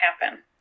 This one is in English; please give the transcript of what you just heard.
happen